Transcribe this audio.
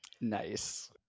Nice